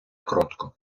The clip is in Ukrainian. кротко